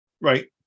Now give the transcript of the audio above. Right